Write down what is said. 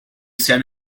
said